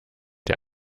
der